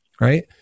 right